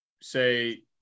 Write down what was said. say